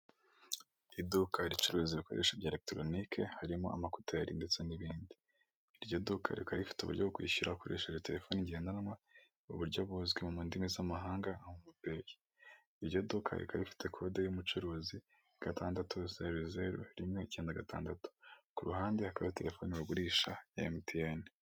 Iduka ricuruza ibikoresho bya eregitoronike harimo amakoteri ndetse n'ibindi, iryo duka rikaba rifite uburyo bwo kwishyura ukoresheje terefone ngendanwa, uburyo buzwi mu ndimi z'amahanga momo peyi iryo duka rikaba rifite kode y'umucuruzi gatandatu, zeru zeru rimwe, ikenda gatandatu, ku ruhande hakaba telefone bagurisha ya emutiyene.